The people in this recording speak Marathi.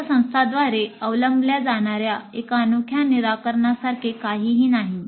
सर्व संस्थानांद्वारे अवलंबल्या जाणार्या एका अनोख्या निराकरणासारखे काहीही नाही